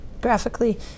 graphically